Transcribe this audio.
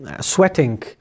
sweating